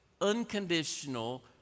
unconditional